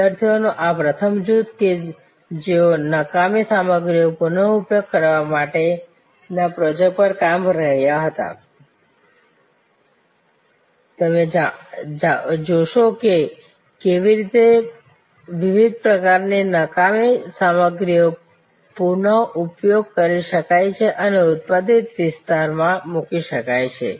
વિદ્યાર્થીઓનું આ પ્રથમ જૂથ કે જેઓ નકામી સામગ્રી નો પુનઃઉપયોગ કરવા માટે ના પ્રોજેક્ટ પર કામ કરી રહ્યા હતા તમે જોશો કે કેવી રીતે વિવિધ પ્રકારની નકામી સામગ્રીનો પુનઃઉપયોગ કરી શકાય છે અને ઉત્પાદનક્ષમ વિસ્તારમાં મૂકી શકાય છે